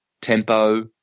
tempo